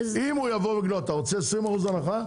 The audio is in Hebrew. אם הוא ייבוא ויגיד לו אתה רוצה 20% הנחה?